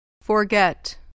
Forget